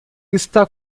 está